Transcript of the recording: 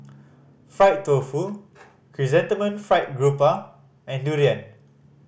fried tofu Chrysanthemum Fried Garoupa and durian